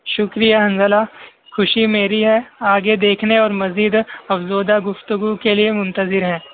شکریہ حنزلہ خوشی میری ہے آگے دیکھنے اور مزید افزودہ گفتگو کے لیے منتظر ہیں